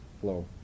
flow